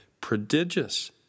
Prodigious